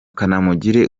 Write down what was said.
kanamugire